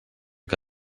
que